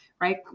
right